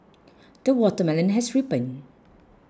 the watermelon has ripened